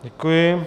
Děkuji.